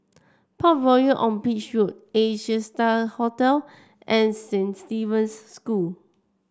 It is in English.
Parkroyal on Beach Road Asia Star Hotel and Saint Stephen's School